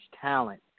talent